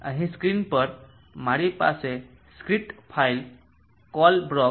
તેથી અહીં સ્ક્રીન પર મારી પાસે સ્ક્રિપ્ટ ફાઇલ કોલેબ્રોક